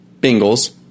Bengals